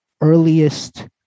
earliest